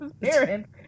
parents